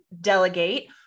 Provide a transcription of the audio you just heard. delegate